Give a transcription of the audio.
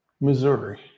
Missouri